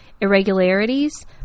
irregularities